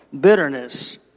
bitterness